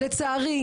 ולצערי,